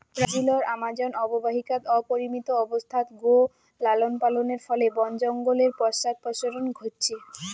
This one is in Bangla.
ব্রাজিলর আমাজন অববাহিকাত অপরিমিত অবস্থাত গো লালনপালনের ফলে বন জঙ্গলের পশ্চাদপসরণ ঘইটছে